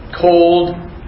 Cold